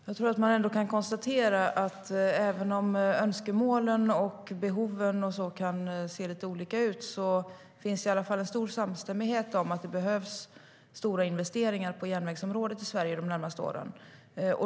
Herr talman! Även om önskemålen och behoven kan se lite olika ut finns det i alla fall en stor samstämmighet om att det behövs stora investeringar på järnvägsområdet i Sverige de närmaste åren.